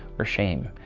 or shame.